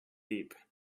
deep